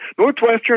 Northwestern